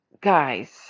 Guys